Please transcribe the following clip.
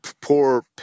poor